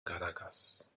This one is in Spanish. caracas